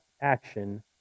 action